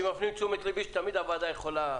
כי מפנים את תשומת ליבי שתמיד הוועדה יכולה.